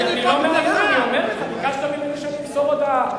הוא עושה את עבודתו נאמנה, לאלה ששלחו אותו.